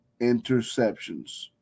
interceptions